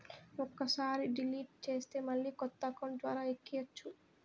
ఒక్కసారి డిలీట్ చేస్తే మళ్ళీ కొత్త అకౌంట్ ద్వారా ఎక్కియ్యచ్చు